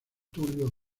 tulio